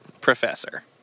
professor